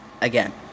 again